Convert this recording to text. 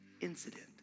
incident